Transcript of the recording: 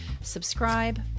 subscribe